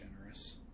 generous